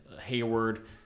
Hayward